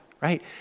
right